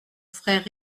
frère